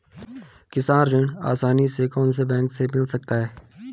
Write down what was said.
किसान ऋण आसानी से कौनसे बैंक से मिल सकता है?